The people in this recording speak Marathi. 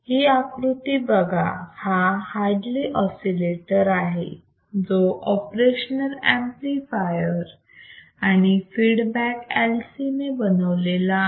ही आकृती बघा हा हार्टली ऑसिलेटर आहे जो ऑपरेशनल एंपलीफायर आणि फीडबॅक LC ने बनवलेला आहे